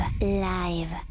live